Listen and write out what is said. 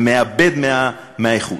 זה מאבד מהאיכות.